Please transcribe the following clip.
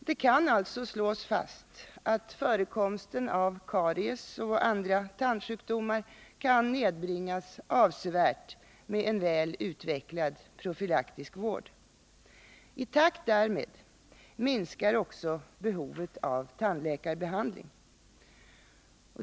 Det kan alltså slås fast att förekomsten av karies och andra tandsjukdomar kan nedbringas avsevärt med en väl utvecklad profylaktisk vård. I takt därmed minskar också behovet av tandläkarbehandling.